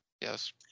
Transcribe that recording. Yes